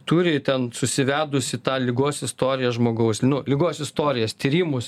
turi ten susivedusi tą ligos istoriją žmogaus nu ligos istorijas tyrimus